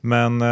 Men